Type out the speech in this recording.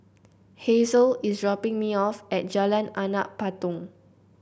Hasel is dropping me off at Jalan Anak Patong